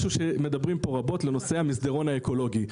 משהו שמדברים פה רבות לנושא המסדרון האקולוגי.